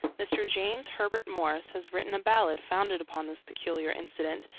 mr. james herbert morse has written a ballad founded upon this peculiar incident,